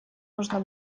нужно